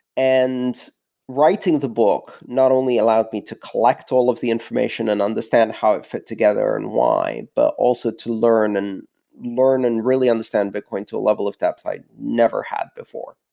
writing the book not only allowed me to collect all of the information and understand how it fit together and why, but also to learn, and learn and really understand bitcoin to a level of depth i'd never had before.